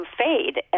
fade